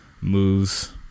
moves